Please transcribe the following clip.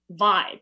vibe